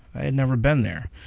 i had never been there.